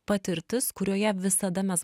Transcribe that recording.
patirtis kurioje visada mes